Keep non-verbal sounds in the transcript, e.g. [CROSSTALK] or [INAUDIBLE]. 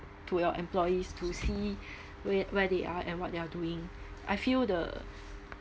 to your employees to see [BREATH] where where they are and what they are doing I feel the